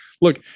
Look